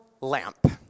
lamp